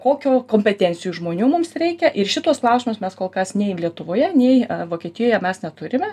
kokio kompetencijų žmonių mums reikia ir šituos klausimus mes kol kas nei lietuvoje nei vokietijoje mes neturime